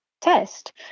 test